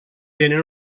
tenen